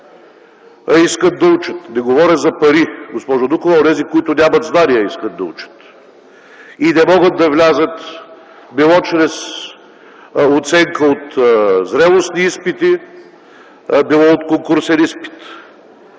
искат да учат. Не говоря за пари, госпожо Дукова, а за онези, които нямат знания, а искат да учат и не могат да влязат било чрез оценка от зрелостни изпити, било от конкурсен изпит.